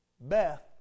Beth